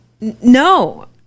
No